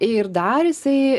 ir dar jisai